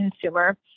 consumer